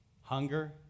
Hunger